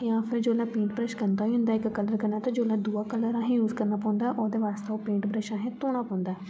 जां फ्ही paint brush गंदा होई जन्दा इक कलर कन्नै ते जेल्लै दूआ कलर अहें यूज करना पौंदा ओह्दे वास्तै ओह् पेंट ब्रश अहें धोना पौंदा ऐ